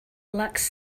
lacks